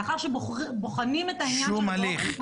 לאחר שבוחנים את העניין שלו --- שום הליך.